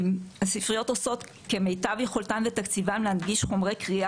הספריות עושות כמיטב יכולתן ותקציבן להנגיש חומרי קריאה